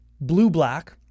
blue-black